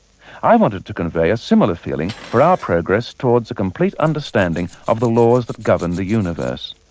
i wanted to convey a similar feeling for our progress towards a complete understanding of the laws that govern the universe.